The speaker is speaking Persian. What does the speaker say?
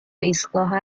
ایستگاه